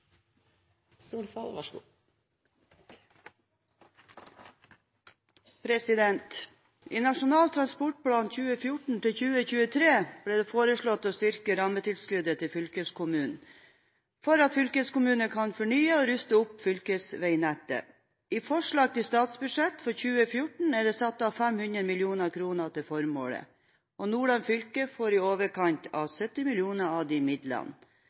politikk, eller så må han si at han ønsker en annen politisk retning. I Nasjonal transportplan 2014–2023 ble det foreslått å styrke rammetilskuddet til fylkeskommunene, for at fylkeskommunene skal kunne fornye og ruste opp fylkesveinettet. I forslag til statsbudsjett for 2014 er det satt av 500 mill. kr til formålet. Nordland fylke får i overkant av 70 mill. kr av